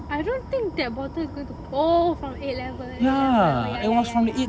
I don't think that bottle is going to oh from eighth level ya ya ya oh ya ya ya ya